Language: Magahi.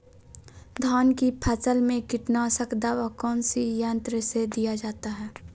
धान की फसल में कीटनाशक दवा कौन सी यंत्र से दिया जाता है?